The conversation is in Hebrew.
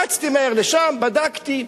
רצתי מהר לשם ובדקתי,